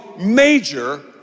major